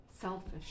Selfish